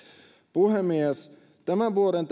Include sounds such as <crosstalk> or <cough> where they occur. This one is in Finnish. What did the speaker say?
puhemies tässä tämän vuoden <unintelligible>